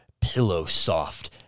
pillow-soft